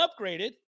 upgraded